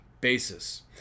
basis